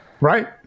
Right